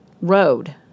road